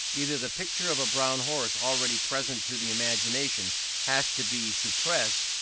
either the picture of a brown horse already present to the imagination has to be suppressed,